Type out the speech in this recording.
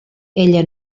ella